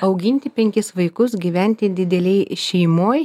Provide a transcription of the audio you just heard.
auginti penkis vaikus gyventi didelėj šeimoj